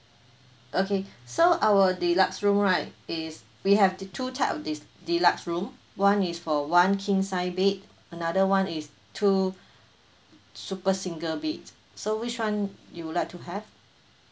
okay so our deluxe room right is we have the two type of this deluxe room one is for one king size bed another one is two super single bed so which one you would like to have